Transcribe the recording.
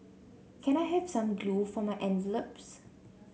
can I have some glue for my envelopes